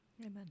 Amen